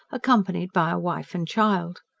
accompanied by a wife and child.